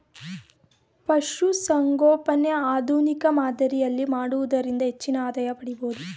ಪಶುಸಂಗೋಪನೆ ಆಧುನಿಕ ಮಾದರಿಯಲ್ಲಿ ಮಾಡುವುದರಿಂದ ಹೆಚ್ಚಿನ ಆದಾಯ ಪಡಿಬೋದು